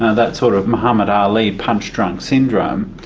that sort of mohammed ali punch-drunk syndrome.